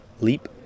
Leap